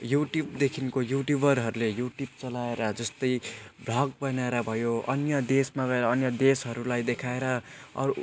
युट्युबदेखिको युट्युबरहरूले युट्युब चलाएर जस्तै ब्लग बनाएर भयो अन्य देशमा गएर अन्य देशहरूलाई देखाएर अरू